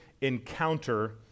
encounter